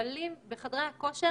מבלים בחדרי כושר